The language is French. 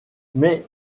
mais